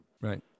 Right